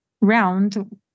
round